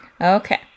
Okay